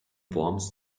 worms